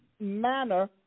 manner